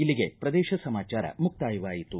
ಇಲ್ಲಿಗೆ ಪ್ರದೇಶ ಸಮಾಚಾರ ಮುಕ್ತಾಯವಾಯಿತು